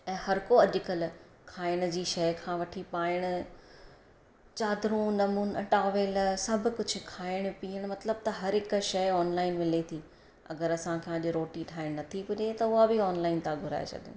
ऐं हर को अॼुकल्ह खाइण जी शइ खां वठी पाइण चादरूं नमूना टॉवेल सभु कुझु खाइण पीअण मतलबु त हर हिक शइ ऑनलाइन मिले थी अगरि असांखा अॼु रोटी ठाहिण नथी पुॼे त उहा बि ऑनलाइन था घुराए छॾूं